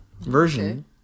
version